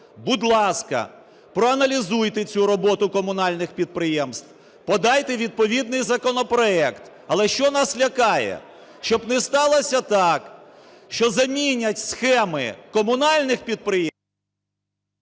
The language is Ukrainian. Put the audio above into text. будь ласка, проаналізуйте цю роботу комунальних підприємств, подайте відповідний законопроект. Але що нас лякає? Щоб не сталося так, що замінять схеми комунальних підприємств…